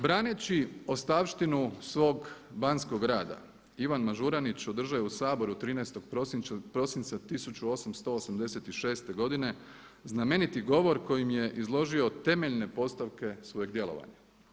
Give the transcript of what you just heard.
Braneći ostavštinu svog banskog rada Ivan Mažuranić održao je u Saboru 13. prosinca 1886. godine znameniti govor kojim je izložio temeljne postavke svojeg djelovanja.